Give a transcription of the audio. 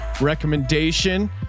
recommendation